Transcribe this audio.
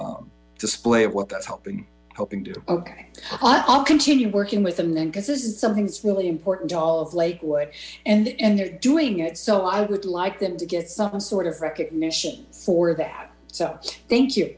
of display of what that's helping helping ok i'll continue working with them then because this is something that's really important to all of lakewood and they're doing it so i would like them to get some sort of recognition for that so thank you